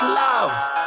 love